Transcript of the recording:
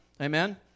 Amen